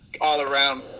all-around